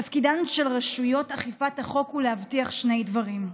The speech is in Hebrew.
תפקידן של רשויות אכיפת החוק הוא להבטיח שני דברים: